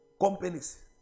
Companies